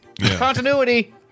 continuity